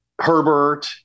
Herbert